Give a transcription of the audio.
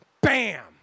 bam